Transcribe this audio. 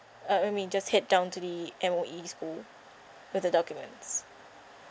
uh I mean just head down to the M_O_E school with the documents